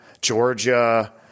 Georgia